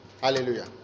hallelujah